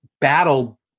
battle